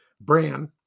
brand